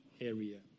area